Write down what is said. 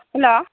hello